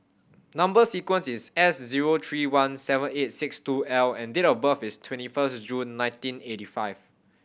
number sequence is S zero three one seven eight six two L and date of birth is twenty first June nineteen eighty five